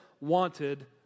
wanted